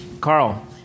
Carl